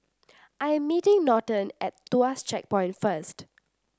I am meeting Norton at Tuas Checkpoint first